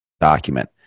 Document